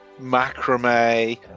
Macrame